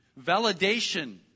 validation